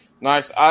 Nice